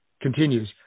continues